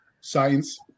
science